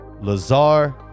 lazar